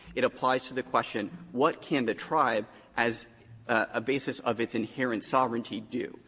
it applies to the question what can the tribe as a basis of its inherent sovereignty do?